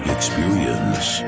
Experience